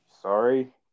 sorry